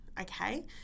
okay